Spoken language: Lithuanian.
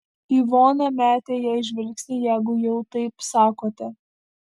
ivona metė jai žvilgsnį jeigu jau taip sakote